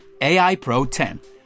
AIPRO10